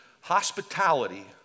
hospitality